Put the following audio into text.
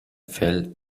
fell